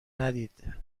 ندید